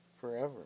forever